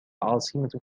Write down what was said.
عاصمة